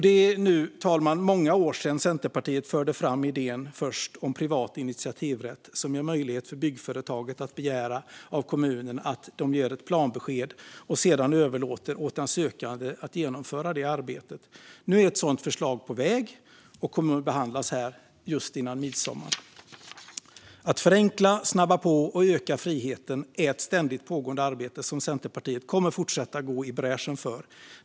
Det är nu, fru talman, många år sedan Centerpartiet först förde fram idén om privat initiativrätt som ger möjlighet för byggföretaget att begära av kommunen att den ger ett planbesked och sedan överlåter åt den sökande att genomföra arbetet. Nu är ett sådant förslag på väg och kommer att behandlas här strax före midsommar. Att förenkla, snabba på och öka friheten är ett ständigt pågående arbete som Centerpartiet kommer att fortsätta gå i bräschen för.